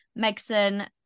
Megson